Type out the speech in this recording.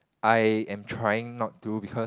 I am trying not to because